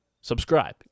subscribe